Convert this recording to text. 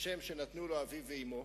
השם שנתנו לו אביו ואמו,